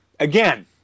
Again